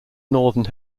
northern